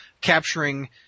capturing